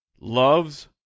loves